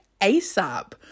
ASAP